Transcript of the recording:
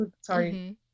sorry